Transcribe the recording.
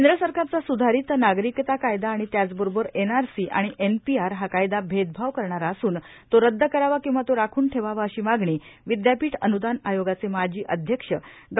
केंद्र सरकारचा स्रुधारित नागरिकता कायदा आणि त्याचबरोबर एनआरसी आणि एनपीआर हा कायदा भेदभाव करणारा असून तो रद्द करावा किंवा तो राखून ठेवावा अशी मागणी विद्यापीठ अबुदान आयोगाचे माजी अध्यक्ष डॉ